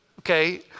okay